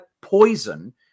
poison